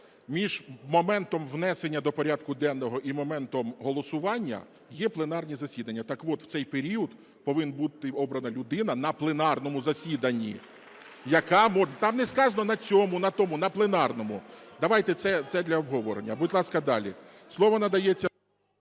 Між моментом внесення до порядку денного і моментом голосування є пленарні засідання. Так от в цей період повинна бути обрана людина на пленарному засіданні, яка... (Шум у залі) Там не сказано, на цьому, на тому – на пленарному. Давайте це для обговорення. Будь ласка, далі. Слово надається